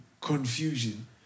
confusion